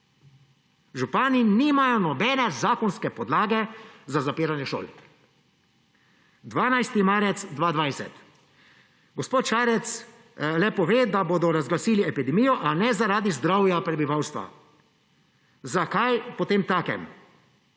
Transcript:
župani nimajo nobene zakonske podlage za zapiranje šol. 12. marec 2020: gospod Šarec le pove, da bodo razglasili epidemijo, a ne zaradi zdravja prebivalstva. Zakaj potemtakem?